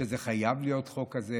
שחייב להיות חוק כזה,